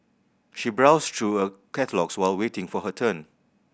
she browsed through a catalogues while waiting for her turn